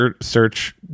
search